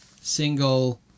single